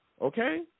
okay